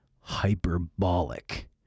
hyperbolic